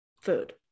food